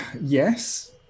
Yes